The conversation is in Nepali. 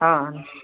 अँ